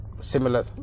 similar